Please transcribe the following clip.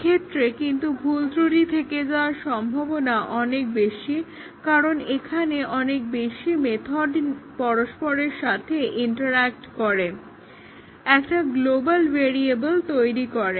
এক্ষেত্রে কিন্তু ভুলত্রুটি থেকে যাওয়ার সম্ভাবনা অনেক বেশি কারণ এখানে অনেক বেশি মেথড একে অপরের সাথে ইন্টারঅ্যাক্ট করে একটা গ্লোবাল ভ্যারিয়েবল্ তৈরী করে